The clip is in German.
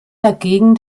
dagegen